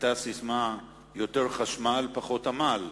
היתה ססמה: "יותר חשמל פחות עמל".